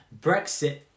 Brexit